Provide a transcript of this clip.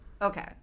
Okay